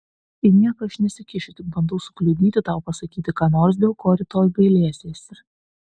į nieką aš nesikišu tik bandau sukliudyti tau pasakyti ką nors dėl ko rytoj gailėsiesi